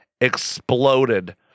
exploded